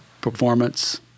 performance